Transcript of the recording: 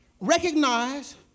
Recognize